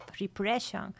repression